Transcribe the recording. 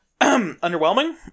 underwhelming